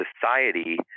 society